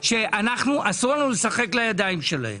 אסור לנו לשחק לידיים שלהם.